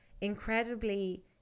incredibly